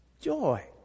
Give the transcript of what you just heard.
joy